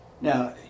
Now